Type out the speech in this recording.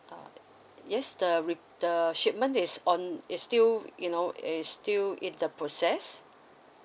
uh yes the re~ the shipment is on it's still you know is still in the process